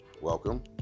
welcome